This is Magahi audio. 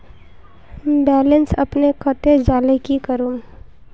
बैलेंस अपने कते जाले की करूम?